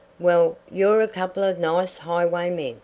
well, you're a couple of nice highwaymen,